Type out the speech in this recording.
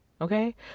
Okay